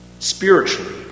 Spiritually